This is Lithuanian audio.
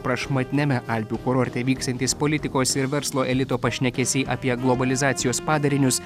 prašmatniame alpių kurorte vyksiantys politikos ir verslo elito pašnekesiai apie globalizacijos padarinius